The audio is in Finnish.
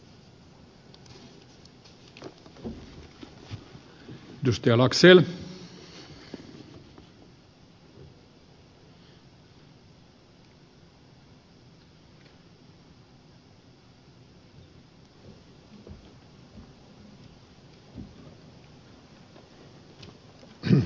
arvoisa herra puhemies